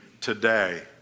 today